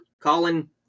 Colin